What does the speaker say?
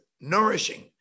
nourishing